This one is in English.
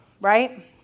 right